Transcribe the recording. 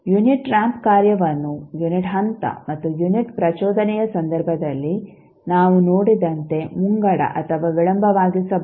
unit ramp ಕಾರ್ಯವನ್ನು unit ಹಂತ ಮತ್ತು ಯುನಿಟ್ ಪ್ರಚೋದನೆಯ ಸಂದರ್ಭದಲ್ಲಿ ನಾವು ನೋಡಿದಂತೆ ಮುಂಗಡ ಅಥವಾ ವಿಳಂಬವಾಗಿಸಬಹುದು